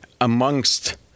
amongst